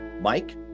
Mike